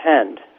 attend